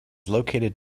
located